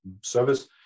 service